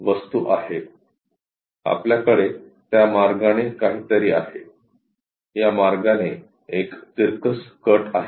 वस्तू आहे आपल्याकडे त्या मार्गाने काहीतरी आहे या मार्गाने एक तिरकस कट आहे